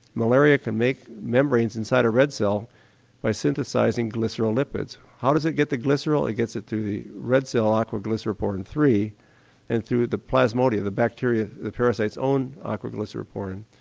malaria can make membranes inside a red cell by synthesising glycerol lipids. how does it get the glycerol? it gets it through the red cell aquaglyceroporin three and through the plasmodia, the bacteria, the parasites own ah aquaglyceroporin,